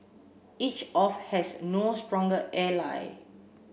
each of has no stronger ally